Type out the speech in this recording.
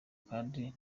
kandi